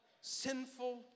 sinful